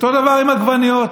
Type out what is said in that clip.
אותו דבר עם עגבניות.